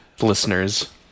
listeners